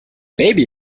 baby